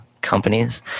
companies